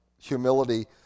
humility